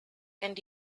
and